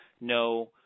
no